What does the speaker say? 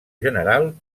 general